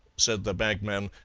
said the bagman,